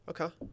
Okay